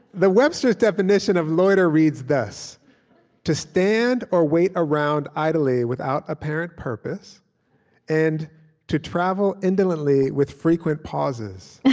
the webster's definition of loiter reads thus to stand or wait around idly without apparent purpose and to travel indolently with frequent pauses yeah